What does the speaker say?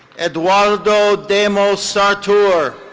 eduardo demosateur.